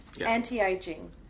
anti-aging